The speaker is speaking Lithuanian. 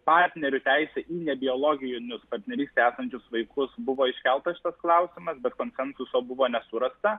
partnerių teisę į ne biologinius partnerystėje esančius vaikus buvo iškeltas klausimas bet konsensuso buvo nesurasta